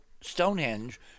Stonehenge